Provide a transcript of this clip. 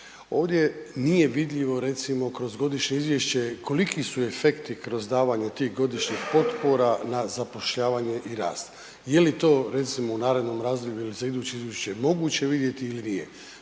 ovdje nije vidljivo recimo kroz godišnje izvješće koliki su efekti kroz davanja tih godišnjih potpora na zapošljavanje i rast. Je li to recimo u narednom razdoblju ili za iduće izvješće moguće vidjeti ili nije.